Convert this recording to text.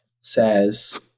says –